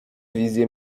wizje